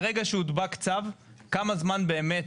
מהרגע שהודבק צו כמה זמן צריך באמת